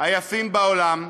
היפים בעולם,